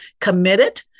committed